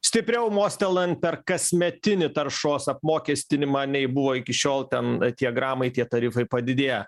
stipriau mostelnant per kasmetinį taršos apmokestinimą nei buvo iki šiol ten tie gramai tie tarifai padidėja